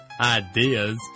ideas